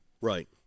Right